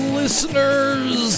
listeners